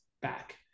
back